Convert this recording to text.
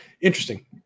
Interesting